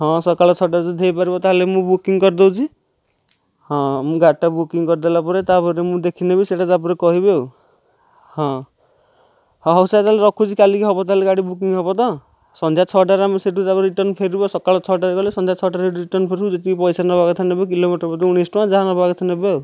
ହଁ ଯଦି ସକାଳ ଛଅଟାରେ ହୋଇପାରିବ ତା'ହେଲେ ମୁଁ ବୁକିଂ କରିଦେଉଛି ହଁ ମୁଁ ଗାଡ଼ିଟା ବୁକିଂ କରିଦେଲା ପରେ ତା'ପରେ ମୁଁ ଦେଖିନେବି ସେହିଟା ତା'ପରେ କହିବେ ଆଉ ହଁ ହେଉ ସାର୍ ତା'ହେଲେ ରଖୁଛି କାଲି କାଲିକି ହେବ ତା'ହେଲେ ଗାଡି ବୁକିଂ ହେବ ତ ସନ୍ଧ୍ୟା ଛଅଟାରେ ଆମେ ସେଠୁ ତା'ପରେ ରିଟର୍ନ ଫେରିବୁ ସକାଳ ଛଅଟାରେ ଗଲେ ସନ୍ଧ୍ୟା ଛଅଟାରେ ରିଟର୍ନ ଫେରିବୁ ଯେତିକି ପଇସା ନେବା କଥା ନେବେ କିଲୋମିଟର ପ୍ରତି ଉଣେଇଶି ଟଙ୍କା ଯାହା ନେବା କଥା ନେବେ ଆଉ